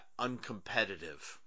uncompetitive